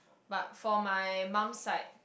but for my mum side